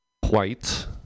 white